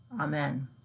Amen